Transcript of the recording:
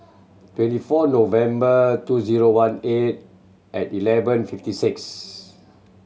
twenty four November two zero one eight at eleven fifty six